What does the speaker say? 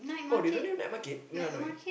oh they don't have night market in Hanoi